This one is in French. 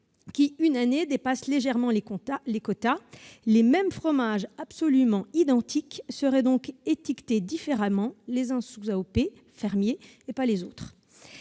qui, une année, dépasserait légèrement les quotas. Les mêmes fromages, absolument identiques, seraient étiquetés différemment, les uns sous AOP « fermier », les autres